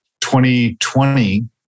2020